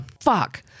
Fuck